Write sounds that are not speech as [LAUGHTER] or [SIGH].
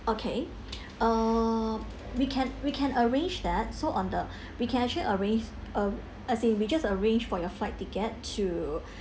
okay uh we can we can arrange that so on the [BREATH] we can actually arrange uh as in we just arrange for your flight ticket to